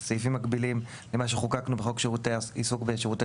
זה סעיפים מקבילים ממה שחוקקנו בחוק שירותי עיסוק בשירותי